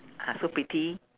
ah so pretty